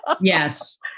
Yes